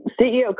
CEO